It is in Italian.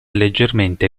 leggermente